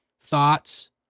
thoughts